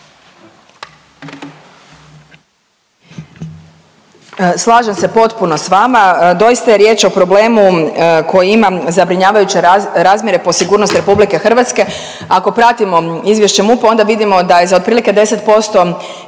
Slažem se potpuno s vama. Doista je riječ o problemu koji ima zabrinjavajuće razmjere po sigurnost RH. Ako pratimo izvješće MUP-a, onda vidimo da je za otprilike 10%